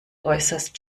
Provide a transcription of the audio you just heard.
äußerst